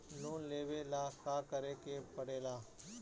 Loan लेबे ला का करे के पड़े ला?